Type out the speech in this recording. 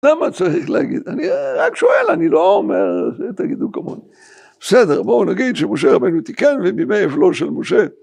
למה צריך להגיד, אני רק שואל, אני לא אומר, תגידו כמוני. בסדר, בואו נגיד שמשה רבנו תיקן ובימי אבלו של משה.